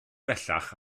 bellach